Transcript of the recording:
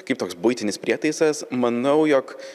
kaip toks buitinis prietaisas manau jog